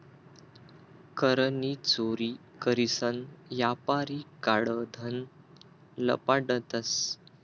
कर नी चोरी करीसन यापारी काळं धन लपाडतंस